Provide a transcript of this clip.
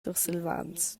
sursilvans